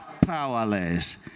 Powerless